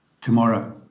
tomorrow